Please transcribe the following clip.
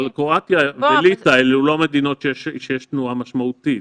אבל קרואטיה וליטא הן לא מדינות שיש בהן תנועה משמעותית.